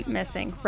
missing